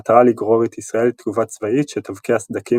במטרה לגרור את ישראל לתגובה צבאית שתבקיע סדקים